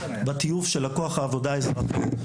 לטיוב של כוח העבודה האזרחי.